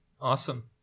Awesome